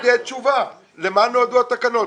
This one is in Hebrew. למה נועדו התקנות?